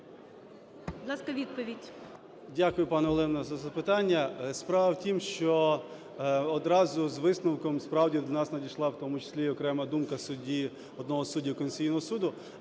Дякую, пані Олено, за запитання. Справа в тім, що одразу з висновком справді до нас надійшла в тому числі і окрема думка судді, одного з суддів Конституційного Суду.